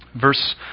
verse